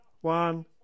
One